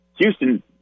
Houston